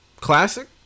Classic